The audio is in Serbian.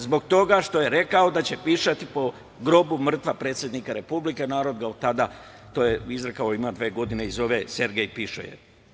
Zbog toga što je rekao da će pišati po grobu mrtva predsednika Republike i narod ga od tada, to je izrekao ima dve godine, zove Sergej „pišoje“